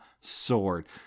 sword